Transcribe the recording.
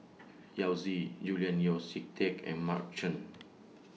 Yao Zi Julian Yeo See Teck and Mark Chan